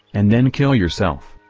and then kill yourself.